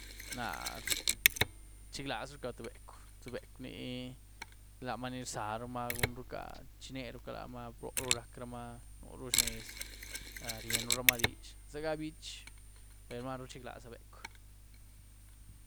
Náh rchiglazruca tïé becw-tïé becw ni, lamaa ni rzarumaa, runruca chineruca lamaa, brooru rac' ramaa, nuru zhnez, rníérumaa dizh, ziega bích per maru rchiglaza becw.